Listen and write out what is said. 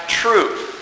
truth